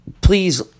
Please